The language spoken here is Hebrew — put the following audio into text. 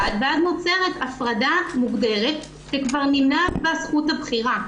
ואז נוצרת הפרדה מוגדרת וכבר נמנעת זכות הבחירה,